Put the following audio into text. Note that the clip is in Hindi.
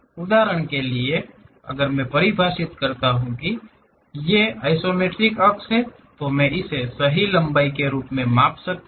उदाहरण के लिए अगर मैं परिभाषित कर रहा हूँ के ये आइसोमेट्रिक अक्ष हैं तो मैं इसे सही लंबाई के रूप में माप सकता हूं